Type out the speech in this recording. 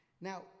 Now